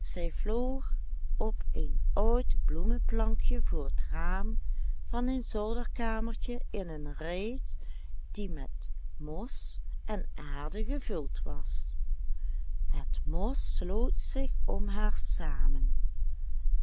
zij vloog op een oud bloemenplankje voor het raam van een zolderkamertje in een reet die met mos en aarde gevuld was het mos sloot zich om haar samen